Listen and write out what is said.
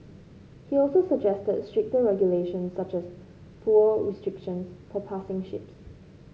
he also suggested stricter regulations such as fuel restrictions for passing ships